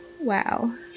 Wow